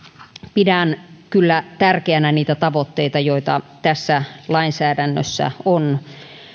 pidän kyllä tärkeinä niitä tavoitteita joita tässä lainsäädännössä on